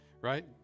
right